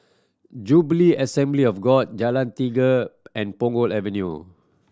Jubilee Assembly of God Jalan Tiga and Punggol Avenue